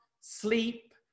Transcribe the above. sleep